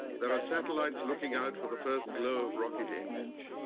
there are satellites looking out for the first glow of rocket engines.